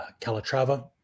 Calatrava